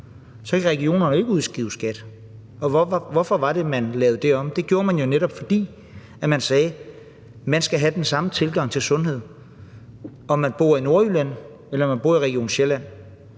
at regionerne ikke kan udskrive skat – og hvorfor var det, man lavede det om til det? Det gjorde man jo netop, fordi man sagde, at der skulle være den samme adgang til sundhed overalt. Hvad enten man bor i Nordjylland, eller om man bor i Region Sjælland,